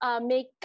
Make